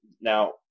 now